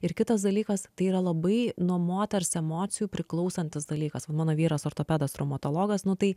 ir kitas dalykas tai yra labai nuo moters emocijų priklausantis dalykas mano vyras ortopedas traumatologas nu tai